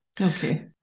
Okay